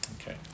Okay